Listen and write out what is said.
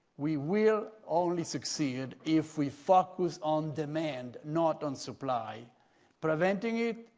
we will only succeed if we focus on demand, not on supply preventing it,